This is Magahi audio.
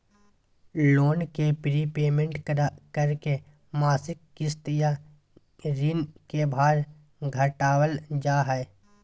लोन के प्रीपेमेंट करके मासिक किस्त या ऋण के भार घटावल जा हय